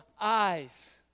eyes